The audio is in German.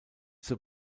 zur